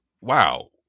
Wow